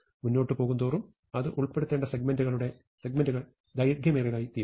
മുന്നോട്ട് പോകുന്തോറും അത് ഉൾപ്പെടുത്തേണ്ട സെഗ്മെന്റുകൾ ദൈർഘ്യമേറിയതായിത്തീരുന്നു